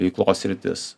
veiklos sritis